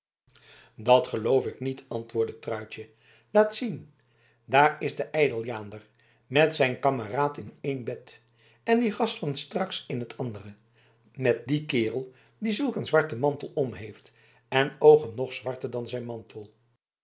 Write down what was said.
dat loof ik niet antwoordde truitje laat zien daar is de ydeljaander met zijn kameraad in één bed en die gast van straks in het andere met dien kerel die zulk een zwarten mantel om heeft en oogen nog zwarter dan zijn mantel